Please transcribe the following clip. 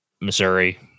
Missouri